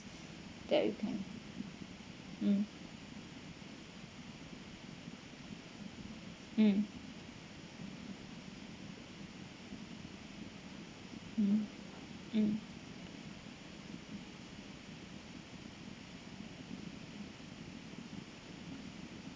that you can mm mm mm mm